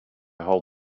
hold